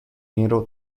nero